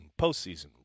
postseason